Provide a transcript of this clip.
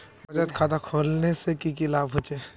बचत खाता खोलने से की की लाभ होचे?